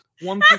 One